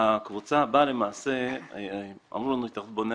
הקבוצה הבאה למעשה אמרו לנו בהתאחדות בוני